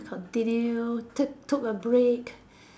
continue took took a break